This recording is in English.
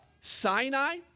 Sinai